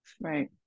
Right